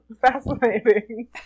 Fascinating